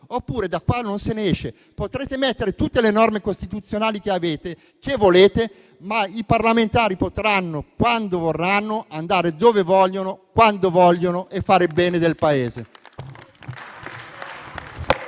oppure da qua non se ne esce. Potrete mettere tutte le norme costituzionali che volete, ma i parlamentari potranno, quando vorranno, andare dove vogliono, quando vogliono e fare il bene del Paese.